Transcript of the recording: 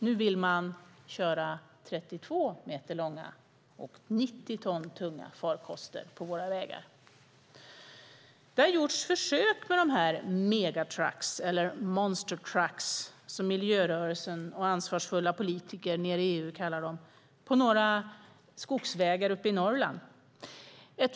Man vill köra 32 meter långa och 90 ton tunga farkoster på våra vägar. Det har gjorts försök med dessa megatruckar, eller monstertruckar som miljörörelsen och ansvarsfulla politiker nere i EU kallar dem, på några skogsvägar uppe i Norrland.